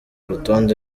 rutonde